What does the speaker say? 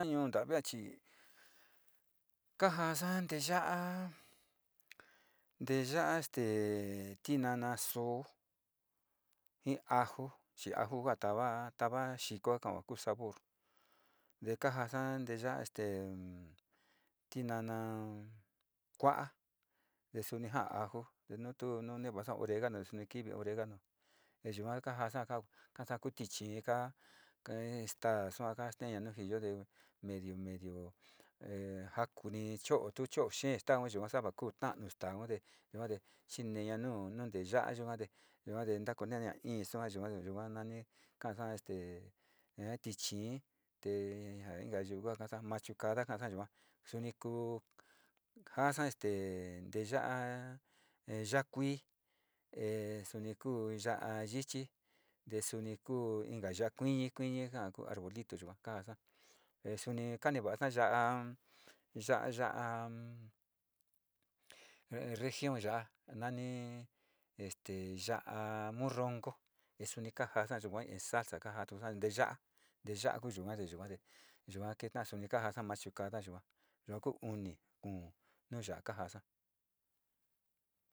Ñuu ntavi chi, kajasa nteya'a, te ya'a este tinana soo ji aju chi aju te kaa jasa ya este tinana kua, te suni ja'a aju, ja'a oregano kivi oregano te yua ka jaasa ka jaasa kuu, tichii, ka este staa sua kaa steeña nu jiyo tee medio, medio jakuni cho'o, tu cho'o xee staaun savaa ku ta'anu staaun te yua re chinteña nu nteya'a yuka, yuate, yuate na in yua yua nan kaja ste in tichii tee inka yua ka'a ji machucada ka'aso yua, suni kuu jaasa este nteya'a ya'a kui e suni leuu ya'a yichi te suni kuu inka ya'a kuiñi, kuini ka'a arbolito jito yua kaasa e suni kani huasa ya'a ya'a región ya'a nani ya'a mononko suni kajaasa yuka in salsa kajaa nteya'a nteya'a kuu yua yuga te yua keta'a suni kajaasa machucada taka yua, yua kuu uni nu ya'a kajaasa.